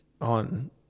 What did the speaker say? on